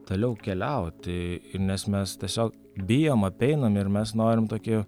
toliau keliauti ir nes mes tiesiog bijom apeinam ir mes norim tokiu